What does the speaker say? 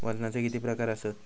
वजनाचे किती प्रकार आसत?